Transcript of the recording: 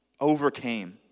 overcame